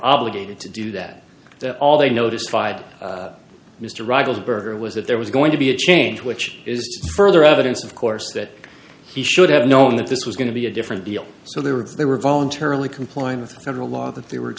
obligated to do that all they noticed by mr ruggles burger was that there was going to be a change which is further evidence of course that he should have known that this was going to be a different deal so there they were voluntarily complying with several law that they were